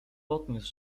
podniósł